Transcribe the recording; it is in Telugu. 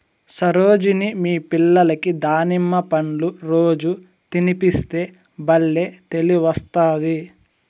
సరోజిని మీ పిల్లలకి దానిమ్మ పండ్లు రోజూ తినిపిస్తే బల్లే తెలివొస్తాది